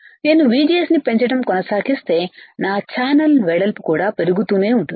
నేనుVGS నిపెంచడం కొనసాగిస్తే నా ఛానల్ వెడల్పు కూడా పెరుగుతూనే ఉంటుంది